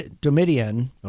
Domitian